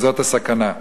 וזאת הסכנה.